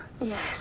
Yes